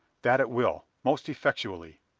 that it will, most effectually.